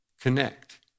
Connect